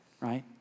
Right